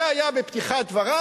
זה היה בפתיחת דבריו.